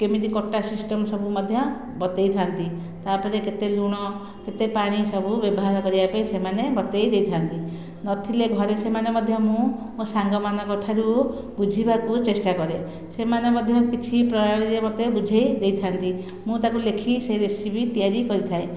କେମିତି କଟା ସିଷ୍ଟମ୍ ସବୁ ମଧ୍ୟ ବତାଇଥାନ୍ତି ତା'ପରେ କେତେ ଲୁଣ କେତେ ପାଣି ସବୁ ବ୍ୟବହାର କରିବାପାଇଁ ସେମାନେ ବତାଇଦେଇଥାନ୍ତି ନଥିଲେ ଘରେ ସେମାନେ ମଧ୍ୟ ମୁଁ ମୋ ସାଙ୍ଗମାନଙ୍କ ଠାରୁ ବୁଝିବାକୁ ଚେଷ୍ଟା କରେ ସେମାନେ ମଧ୍ୟ କିଛି ପ୍ରଣାଳୀରେ ମୋତେ ବୁଝାଇ ଦେଇଥାନ୍ତି ମୁଁ ତାକୁ ଲେଖିକି ସେ ରେସିପି ତିଆରି କରିଥାଏ